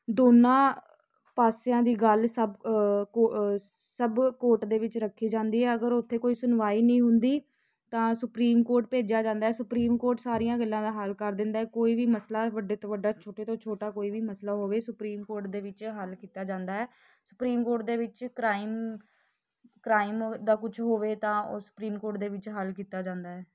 ਦੋਨਾਂ ਪਾਸਿਆਂ ਦੀ ਗੱਲ ਸਭ ਕੋ ਸਭ ਕੋਰਟ ਦੇ ਵਿੱਚ ਰੱਖੀ ਜਾਂਦੀ ਹੈ ਅਗਰ ਉੱਥੇ ਕੋਈ ਸੁਣਵਾਈ ਨਹੀਂ ਹੁੰਦੀ ਤਾਂ ਸੁਪਰੀਮ ਕੋਰਟ ਭੇਜਿਆ ਜਾਂਦਾ ਸੁਪਰੀਮ ਕੋਰਟ ਸਾਰੀਆਂ ਗੱਲਾਂ ਦਾ ਹੱਲ ਕਰ ਦਿੰਦਾ ਕੋਈ ਵੀ ਮਸਲਾ ਵੱਡੇ ਤੋਂ ਵੱਡਾ ਛੋਟੇ ਤੋਂ ਛੋਟਾ ਕੋਈ ਵੀ ਮਸਲਾ ਹੋਵੇ ਸੁਪਰੀਮ ਕੋਰਟ ਦੇ ਵਿੱਚ ਹੱਲ ਕੀਤਾ ਜਾਂਦਾ ਹੈ ਸੁਪਰੀਮ ਕੋਰਟ ਦੇ ਵਿੱਚ ਕ੍ਰਾਈਮ ਕ੍ਰਾਈਮ ਦਾ ਕੁਝ ਹੋਵੇ ਤਾਂ ਉਹ ਸੁਪਰੀਮ ਕੋਰਟ ਦੇ ਵਿੱਚ ਹੱਲ ਕੀਤਾ ਜਾਂਦਾ ਹੈ